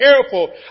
careful